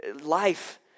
life